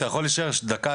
אתה יכול להישאר דקה,